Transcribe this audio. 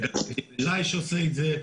וליש עושה את זה,